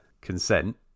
consent